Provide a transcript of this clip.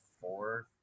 four